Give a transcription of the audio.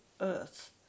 earth